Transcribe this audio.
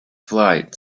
flight